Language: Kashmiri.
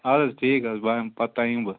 اَدٕ حظ ٹھیٖک حظ بہٕ یِمہٕ پَتہٕ پہم یِمہٕ بہٕ